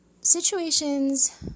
situations